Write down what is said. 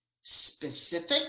specific